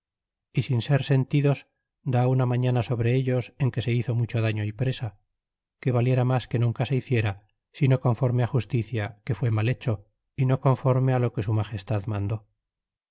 y sin ser sentidos da una mañana sobre ellos en que se hizo mucho daño y presa que valiera mas que nunca se hiciera sino conforme justicia que fue mal hecho y no conforme á lo que su magestad mandó